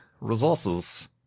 resources